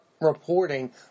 reporting